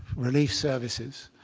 relief services.